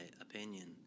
opinion